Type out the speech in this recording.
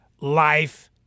life